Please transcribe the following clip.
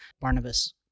Barnabas